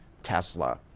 Tesla